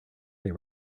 they